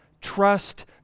trust